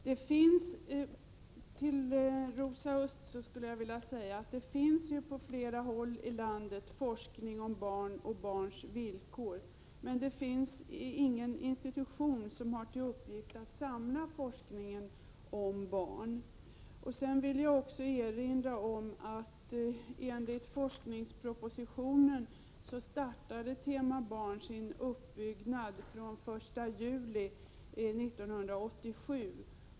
Fru talman! Till Rosa Östh vill jag säga att det på flera håll i landet bedrivs forskning om barn och barns villkor. Däremot finns ingen institution som har till uppgift att samla forskningen om barn. Jag vill också erinra om att ”tema Barn” startade den 1 juli 1987.